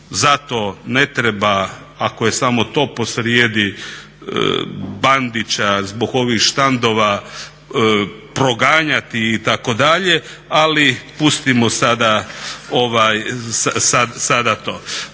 zato ne treba ako je samo to posrijedi Bandića zbog ovih štandova proganjati itd., ali pustimo sada to.